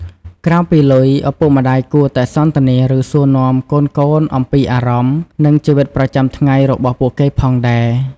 ក្រៅពីលុយ ឪពុកម្តាយគួរតែសន្ទនា ឬសួរនាំកូនៗអំពីអារម្មណ៍ និងជីវិតប្រចាំថ្ងៃរបស់ពួកគេផងដែរ។